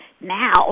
Now